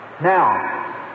Now